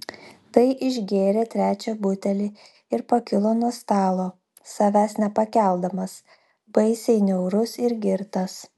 tai išgėrė trečią butelį ir pakilo nuo stalo savęs nepakeldamas baisiai niaurus ir girtas